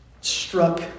struck